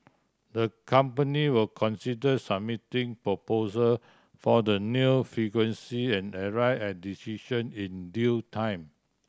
the company will consider submitting proposals for the new frequency and arrive at decision in due time